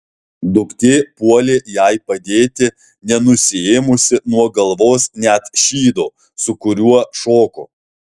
duktė puolė jai padėti nenusiėmusi nuo galvos net šydo su kuriuo šoko